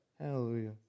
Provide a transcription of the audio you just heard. Hallelujah